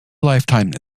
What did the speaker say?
lifetime